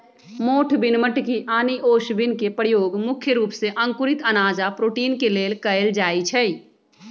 मोठ बिन मटकी आनि ओस बिन के परयोग मुख्य रूप से अंकुरित अनाज आ प्रोटीन के लेल कएल जाई छई